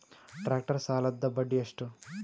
Tractor ಸಾಲದ್ದ ಬಡ್ಡಿ ಎಷ್ಟ?